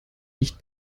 nicht